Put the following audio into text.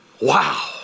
wow